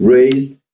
Raised